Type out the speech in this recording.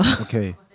Okay